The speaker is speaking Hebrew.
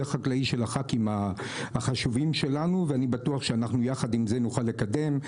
החקלאי של הח"כים החשובים שלנו ואני בטוח שאנחנו ביחד עם זה נוכל לקדם.